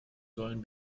sollen